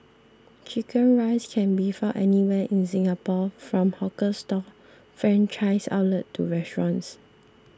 Chicken Rice can be found anywhere in Singapore from hawker stall franchised outlet to restaurants